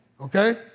Okay